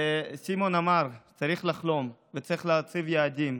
סימון אמר: צריך לחלום וצריך להציב יעדים,